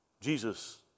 Jesus